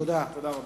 תודה רבה.